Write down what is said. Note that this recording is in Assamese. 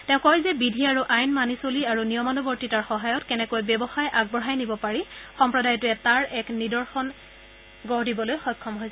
তেওঁ কয় যে বিধি আৰু আইন মানি চলি আৰু নিয়মানুৱৰ্তিতাৰ সহায়ত কেনেকৈ ব্যৱসায় আগবঢ়ায় নিব পাৰি সম্প্ৰদায়টোৰে তাৰ এক আদৰ্শ গঢ় দিবলৈ সক্ষম হৈছে